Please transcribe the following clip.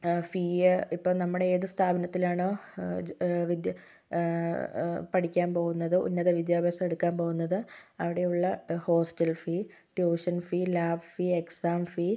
fee ഇപ്പോൾ നമ്മുടെ ഏത് സ്ഥാപനത്തിലാണോ വിദ്യ പഠിക്കാൻ പോകുന്നത് ഉന്നത വിദ്യാഭ്യാസം എടുക്കാൻ പോകുന്നത് അവിടെയുള്ള hostel fee tuition fee lab fee exam ഫീ